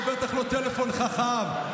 ובטח לא טלפון חכם,